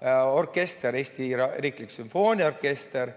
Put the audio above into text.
rahvusorkester, Eesti Riiklik Sümfooniaorkester,